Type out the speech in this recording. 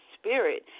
Spirit